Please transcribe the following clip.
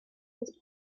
uses